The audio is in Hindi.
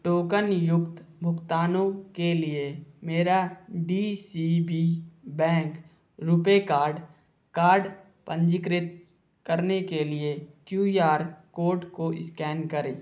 टोकनयुक्त भुगतानों के लिए मेरा डी सी बी बैंक रुपये कार्ड कार्ड पंजीकृत करने के लिए क्यू यार कोड को स्कैन करें